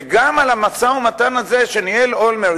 וגם את המשא-ומתן הזה שניהל אולמרט,